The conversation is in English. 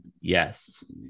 Yes